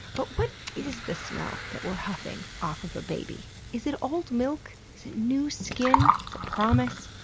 but what is is the smell that we're huffing off of a baby? is it old milk? is it new skin? is it promise?